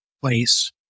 place